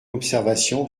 observation